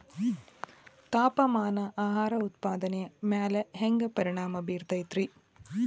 ತಾಪಮಾನ ಆಹಾರ ಉತ್ಪಾದನೆಯ ಮ್ಯಾಲೆ ಹ್ಯಾಂಗ ಪರಿಣಾಮ ಬೇರುತೈತ ರೇ?